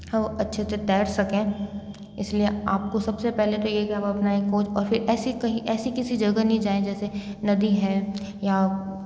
हो अच्छे से तैर सकें इसलिए आपको सबसे पहले तो यही काम अपना है एक कोच और फिर ऐसी कहीं ऐसी किसी जगह नहीं जाएं जैसे नदी है या